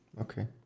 Okay